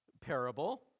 parable